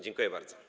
Dziękuję bardzo.